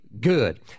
good